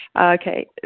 Okay